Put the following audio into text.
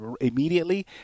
immediately